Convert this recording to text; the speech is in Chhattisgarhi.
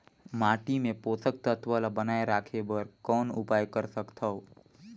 माटी मे पोषक तत्व ल बनाय राखे बर कौन उपाय कर सकथव?